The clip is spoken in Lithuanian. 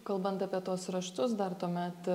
kalbant apie tuos raštus dar tuomet